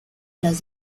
las